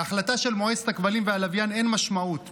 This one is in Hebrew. להחלטה של מועצת הכבלים והלוויין אין משמעות,